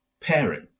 pairing